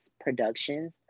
Productions